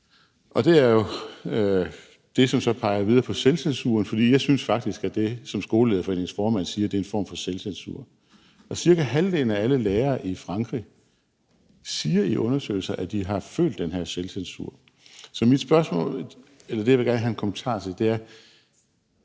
og det er så det, som så peger videre på selvcensuren, for jeg synes faktisk, at det, som Skolelederforeningens formand siger, er en form for selvcensur. Cirka halvdelen af alle lærere i Frankrig siger i undersøgelser, at de har følt den her selvcensur. Så det, jeg gerne vil have en kommentar til, er: